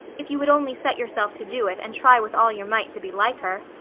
if you would only set yourself to do it and try with all your might to be like her.